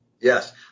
Yes